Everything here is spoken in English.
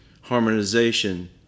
harmonization